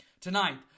Tonight